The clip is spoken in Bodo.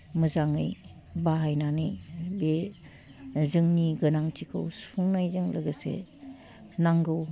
मोजाङै बाहायनानै बे जोंनि गोनांथिखौ सुफुंनायजों लोगोसे नांगौ